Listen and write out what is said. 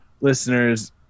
listeners